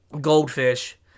Goldfish